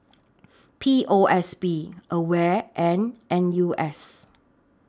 P O S B AWARE and N U S